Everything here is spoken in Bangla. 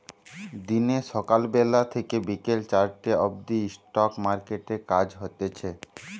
দিনে সকাল বেলা থেকে বিকেল চারটে অবদি স্টক মার্কেটে কাজ হতিছে